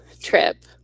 trip